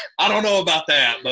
i don't know about that.